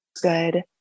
good